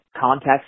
context